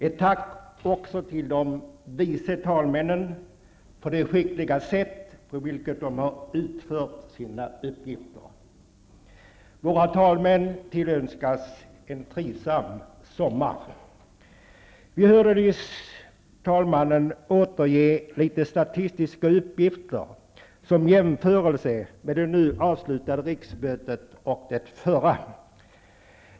Ett tack också till de vice talmännen för det skickliga sätt på vilket de har utfört sina uppgifter. Våra talmän tillönskas en trivsam sommar. Vi hörde nyss talmannen återge litet statistiska uppgifter som jämförelse mellan det nu avslutade riksmötet och det förra.